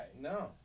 no